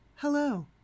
Hello